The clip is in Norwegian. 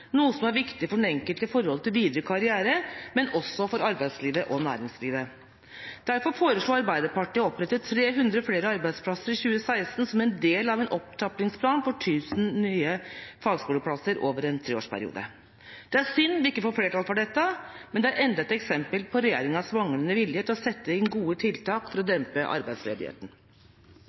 noe som er viktig for den enkelte med tanke på videre karriere, men også for arbeidslivet og næringslivet. Derfor foreslår Arbeiderpartiet å opprette 300 flere arbeidsplasser i 2016 som en del av en opptrappingsplan for 1 000 nye fagskoleplasser over en treårsperiode. Det er synd at vi ikke får flertall for dette, men det er enda et eksempel på regjeringas manglende vilje til å sette inn gode tiltak for å